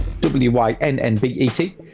W-Y-N-N-B-E-T